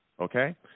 Okay